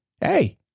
Hey